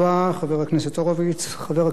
חבר הכנסת נחמן שי, בבקשה.